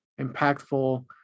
impactful